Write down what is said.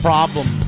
problem